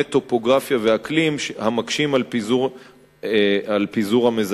טופוגרפיה ואקלים המקשים על פיזור המזהמים.